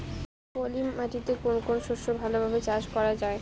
পলি মাটিতে কোন কোন শস্য ভালোভাবে চাষ করা য়ায়?